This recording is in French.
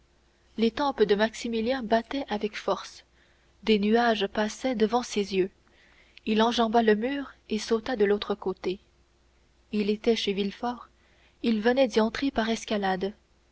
les tempes de maximilien battaient avec force des nuages passaient devant ses yeux il enjamba le mur et sauta de l'autre côté il était chez villefort il venait d'y entrer par escalade